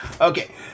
Okay